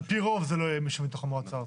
על פי רוב זה לא יהיה מישהו מתוך המועצה הארצית,